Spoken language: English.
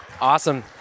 Awesome